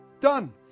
Done